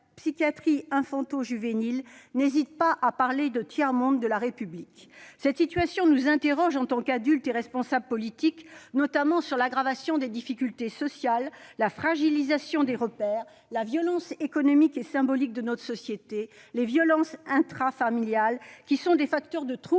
psychiatrie infanto-juvénile, n'hésite pas à parler de « tiers-monde de la République. » Cette situation nous conduit à nous interroger, en tant qu'adultes et responsables politiques, notamment sur l'aggravation des difficultés sociales, la fragilisation des repères, la violence économique et symbolique de notre société, les violences intrafamiliales, qui sont des facteurs de troubles